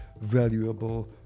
valuable